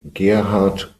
gerhard